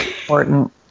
important